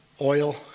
oil